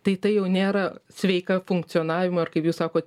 tai tai jau nėra sveika funkcionavimui ar kaip jūs sakot